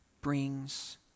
brings